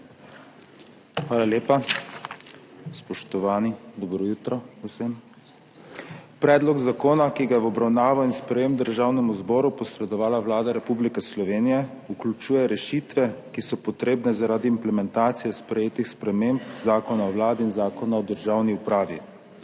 Hvala lepa. Spoštovani, dobro jutro vsem! Predlog zakona, ki ga je v obravnavo in sprejetje Državnemu zboru posredovala Vlada Republike Slovenije, vključuje rešitve, ki so potrebne zaradi implementacije sprejetih sprememb Zakona o Vladi Republike Slovenije in